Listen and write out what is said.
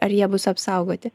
ar jie bus apsaugoti